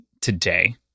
today